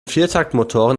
viertaktmotoren